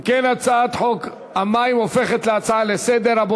אם כן, הצעת חוק המים הופכת להצעה לסדר-היום.